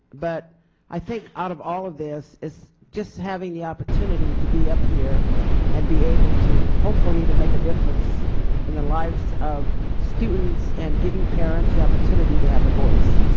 but i think out of all of this, is just having the opportunity to be up here and be able to hopefully to make a difference in the lives of students and giving parents the opportunity to have a voice.